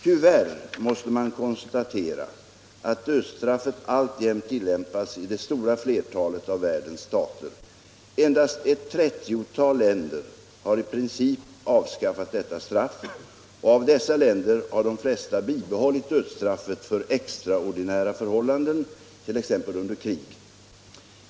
Tyvärr måste man konstatera att dödsstraffet alltjämt tillämpas i det stora flertalet av världens stater. Endast ett 30-tal länder har i princip avskaffat detta straff, och av dessa länder har de flesta bibehållit dödsstraffet för extraordinära förhållanden, t.ex. under krig.